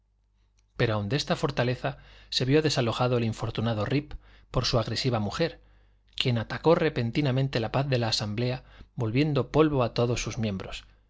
pero aun de esta fortaleza se vió desalojado el infortunado rip por su agresiva mujer quien atacó repentinamente la paz de la asamblea volviendo polvo a todos sus miembros